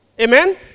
Amen